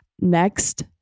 Next